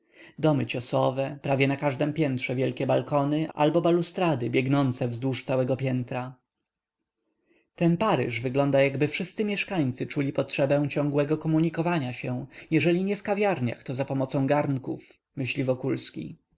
warszawie domy ciosowe prawie na każdem piętrze wielkie balkony albo balustrady biegnące wzdłuż całego piętra ten paryż wygląda jakby wszyscy mieszkańcy czuli potrzebę ciągłego komunikowania się jeżeli nie w kawiarniach to zapomocą ganków myśli wokulski